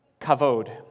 kavod